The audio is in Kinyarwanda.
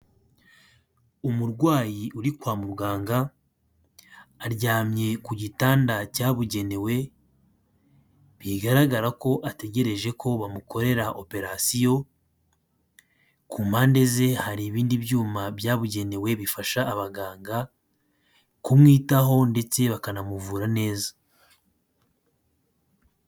Umurwayi uri kwa muganga aryamye ku gitanda cyabugenewe bigaragara ko ategereje ko bamukorera operasiyo ku mpande ze hari ibindi byuma byabugenewe bifasha abaganga kumwitaho ndetse bakanamuvura neza.